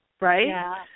right